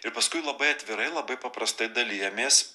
ir paskui labai atvirai labai paprastai dalijamės